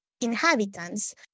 inhabitants